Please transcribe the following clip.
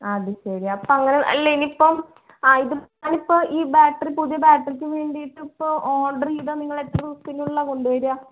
അതുശരി അപ്പം അങ്ങനെ അല്ല ഇനി ഇപ്പം ആ ഇതും ഞാനിപ്പം ഈ ബാറ്ററി പുതിയ ബാറ്ററിക്ക് വേണ്ടിയിട്ട് ഇപ്പോൾ ഓർഡർ ചെയ്താൽ നിങ്ങൾ എത്ര ദിവസത്തിനുള്ളിലാണ് കൊണ്ടുവരിക